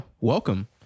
welcome